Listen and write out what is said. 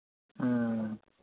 ᱦᱮᱸ